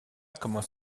commence